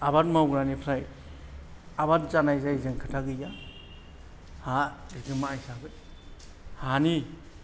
आबाद मावग्रानिफ्राय आबाद जानाय जायिजों खोथा गैया हा बिगोमा हिसाबै हानि